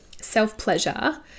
self-pleasure